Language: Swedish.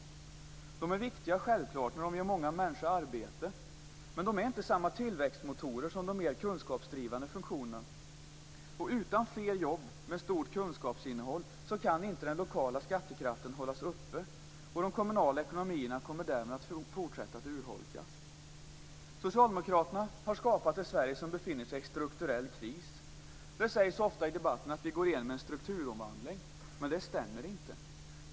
De är självfallet viktiga, då de ger många människor arbete, men de är inte samma tillväxtmotorer som de mer kunskapsdrivande funktionerna. Utan fler jobb med stort kunskapsinnehåll kan inte den lokala skattekraften hållas uppe, och de kommunala ekonomierna kommer därmed att fortsätta att urholkas. Socialdemokraterna har skapat ett Sverige som befinner sig i strukturell kris. Det sägs ofta i debatterna att vi genomgår en strukturomvandling, men det stämmer inte.